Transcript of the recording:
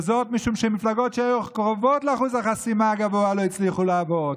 וזאת משום שמפלגות שהיו קרובות לאחוז החסימה הגבוה לא הצליחו לעבור.